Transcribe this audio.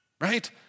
Right